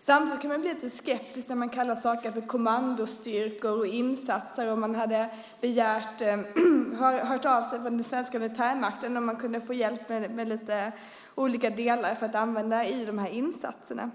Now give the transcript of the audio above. Samtidigt kände jag mig lite skeptisk till att man talade om kommandostyrkor och insatser och att den svenska militärmakten hört av sig om de kunde få hjälp med lite olika saker för att använda i dessa insatser.